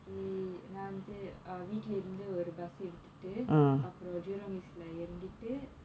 um நா வந்து வீட்டில இருந்து ஒரு:naa vanthu veetla irunthu oru bus எடுத்துட்டு அப்புறம்:eduthuttu appuram jurong east இறங்கிட்டு:irangittu